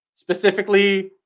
Specifically